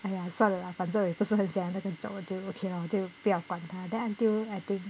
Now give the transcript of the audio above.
!aiya! 算了啦反正也不是很想要那个 job 我就 okay lah 我就不要管他 then until I think